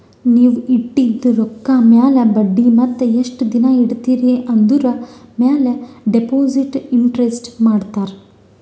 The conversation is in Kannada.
ನೀವ್ ಇಟ್ಟಿದು ರೊಕ್ಕಾ ಮ್ಯಾಲ ಬಡ್ಡಿ ಮತ್ತ ಎಸ್ಟ್ ದಿನಾ ಇಡ್ತಿರಿ ಆಂದುರ್ ಮ್ಯಾಲ ಡೆಪೋಸಿಟ್ ಇಂಟ್ರೆಸ್ಟ್ ಮಾಡ್ತಾರ